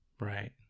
right